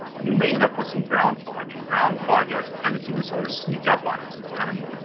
you may end up with some ground fog, and ground fog has a tendency to sort of sneak up on us. it's kind of,